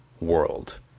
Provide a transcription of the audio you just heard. world